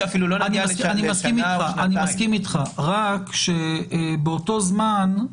רק שבאותו זמן,